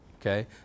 okay